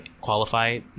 qualify